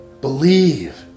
Believe